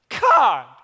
God